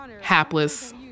hapless